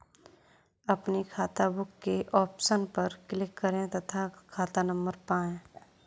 अपनी खाताबुक के ऑप्शन पर क्लिक करें तथा खाता नंबर पाएं